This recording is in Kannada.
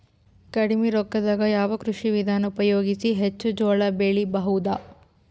ಕಡಿಮಿ ರೊಕ್ಕದಾಗ ಯಾವ ಕೃಷಿ ವಿಧಾನ ಉಪಯೋಗಿಸಿ ಹೆಚ್ಚ ಜೋಳ ಬೆಳಿ ಬಹುದ?